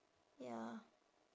ya